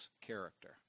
character